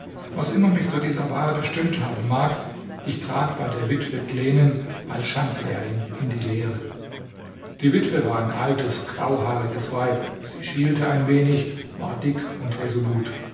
was immer mich zu dieser wahl bestimmt haben mag ich trat bei der witwe glenen als schanklehrling in die lehre die witwe war ein altes grauhaariges weib sie schielte ein wenig war dick und resolut